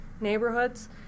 neighborhoods